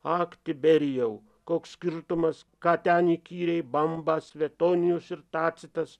ak tiberijau koks skirtumas ką ten įkyriai bamba svetonijus ir tacitas